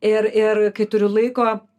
ir ir kai turiu laiko